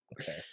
okay